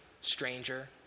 stranger